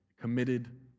committed